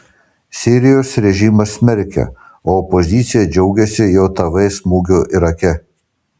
sirijos režimas smerkia o opozicija džiaugiasi jav smūgiu irake